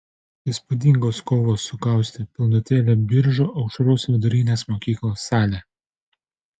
įspūdingos kovos sukaustė pilnutėlę biržų aušros vidurinės mokyklos salę